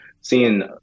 seeing